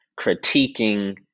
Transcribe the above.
critiquing